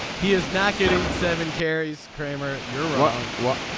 he is not getting seven carries kramer. you're wrong. well